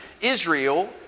Israel